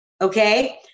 Okay